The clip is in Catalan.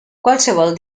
qualsevol